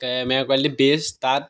camera quality best তাত